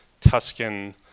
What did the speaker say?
Tuscan